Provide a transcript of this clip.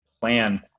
plan